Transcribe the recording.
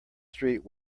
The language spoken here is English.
street